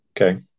Okay